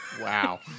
Wow